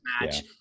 match